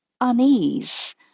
unease